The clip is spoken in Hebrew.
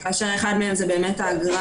כאשר אחד מהם זה באמת האגרה